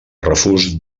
refús